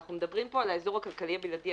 אנחנו מדברים פה על האזור הכלכלי הבלעדי,